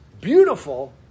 Beautiful